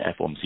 FOMC